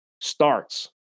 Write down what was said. starts